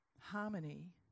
harmony